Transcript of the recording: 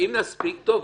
אם נספיק, טוב.